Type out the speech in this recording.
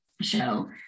show